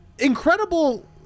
incredible